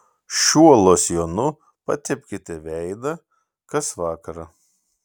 šiuo losjonu patepkite veidą kas vakarą